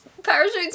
Parachutes